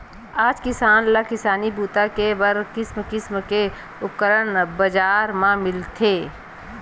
आज किसान ल किसानी बूता करे बर किसम किसम के उपकरन बजार म मिलत हे